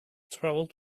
travelled